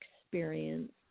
experience